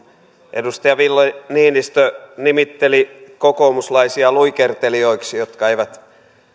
edustaja ville niinistö nimitteli kokoomuslaisia luikertelijoiksi jotka eivät